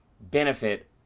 benefit